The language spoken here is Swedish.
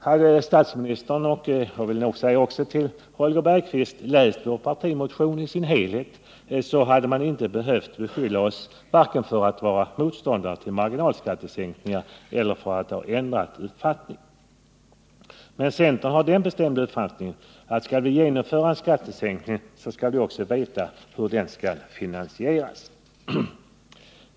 Hade statsministern — och, vill jag tillägga, Holger Bergqvist — läst vår partimotion i dess helhet, hade man inte behövt beskylla oss vare sig för att vara motståndare till marginalskattesänkningar eller för att ha ändrat uppfattning. Jag vill slå fast att centern har den bestämda uppfattningen att skall vi genomföra en skattesänkning, så måste vi också veta hur den skall finansieras.